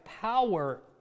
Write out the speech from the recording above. power